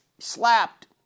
slapped